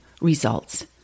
results